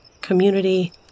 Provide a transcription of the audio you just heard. community